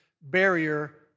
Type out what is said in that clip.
barrier